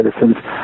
citizens